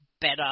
better